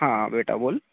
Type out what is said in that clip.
हां बेटा बोल